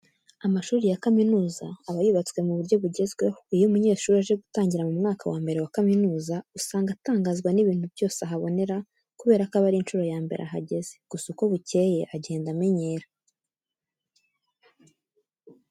Amashuri ya kaminuza aba yubatswe mu buryo bugezweho. Iyo umunyeshuri aje gutangira mu mwaka wa mbere wa kaminuza, usanga atangazwa n'ibintu byose ahabonera kubera ko aba ari inshuro ya mbere ahageze. Gusa uko bukeye agenda amenyera.